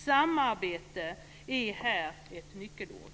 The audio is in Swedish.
Samarbete är här ett nyckelord.